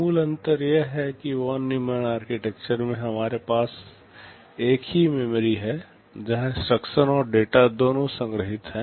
मूल अंतर यह है कि वॉन न्यूमन आर्किटेक्चर में हमारे पास एक ही मेमोरी है जहां इंस्ट्रक्शन और डेटा दोनों संग्रहीत हैं